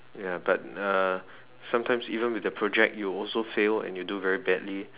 ya but uh sometimes even with the project you will also fail and you do very badly